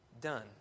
done